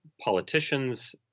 politicians